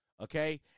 okay